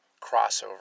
crossover